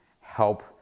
help